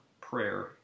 prayer